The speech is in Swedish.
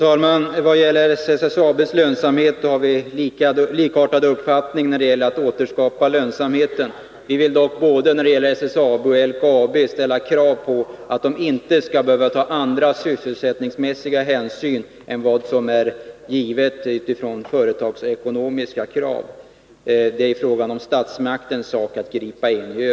Fru talman! Vi har samma uppfattning när det gäller att återskapa lönsamheten för SSAB. Vi vill dock när det gäller både SSAB och LKAB ställa krav på att de inte skall behöva ta andra sysselsättningsmässiga hänsyn än de som motsvarar företagsekonomiska krav. I övrigt är det statsmaktens sak att gripa in.